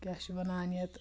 کیاہ چھِ وَنان یتھ